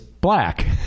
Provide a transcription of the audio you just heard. black